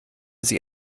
sie